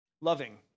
Loving